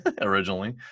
originally